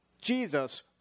Jesus